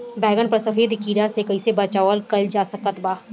बैगन पर सफेद कीड़ा से कैसे बचाव कैल जा सकत बा?